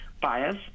bias